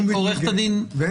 עורכת הדין בלונדהיים, תבדקו.